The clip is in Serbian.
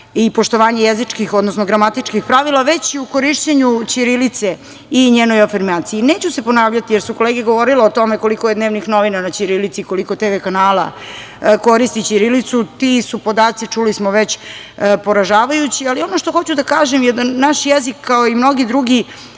i poštovanje jezičkih, odnosno gramatičkih pravila, već i u korišćenju ćirilice i njenoj afirmaciji. Neću se ponavljati jer su kolege govorile o tome koliko je dnevnih novina na ćirilici, koliko TV kanala koristi ćirilicu. Ti su podaci, čuli smo već, poražavajući. Ono što hoću da kažem, naš jezik, kao mnogi drugi